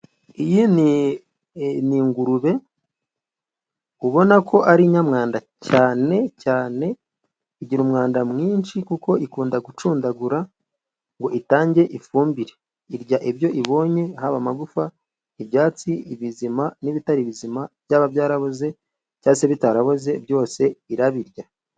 Iyi ni ingurube ubona ko ari inyamwanda cyane cyane. Igira umwanda mwinshi kuko ikunda gucundagura ngo itange ifumbire. Irya ibyo ibonye haba amagufa, ibyatsi, ibizima n'ibitari bizima, byaba byaraboze cyangwa se bitaraboze, byose irabirya.